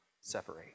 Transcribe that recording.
separate